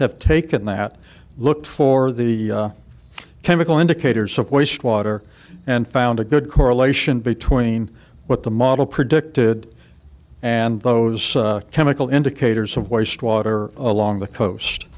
have taken that look for the chemical indicators of waste water and found a good correlation between what the model predicted and those chemical indicators of wastewater along the coast